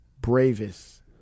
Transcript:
bravest